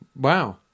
Wow